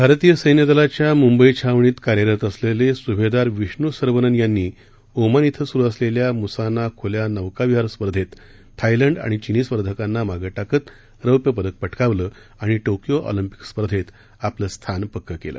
भारतीय सैन्य दलाच्या मुंबई छावणीत कार्यरत असलेले सुभेदार विष्णू सरवनन यांनी ओमान डीं सुरू असलेल्या मुसाना खुल्या नौकाविहार स्पर्धेत थायलंड आणि चिनी स्पर्धकांना मागे टाकत रौप्य पदक पटकावलं आणि टोक्यो ऑलंपिक स्पर्धेत आपलं स्थान पक्क केलं